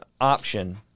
option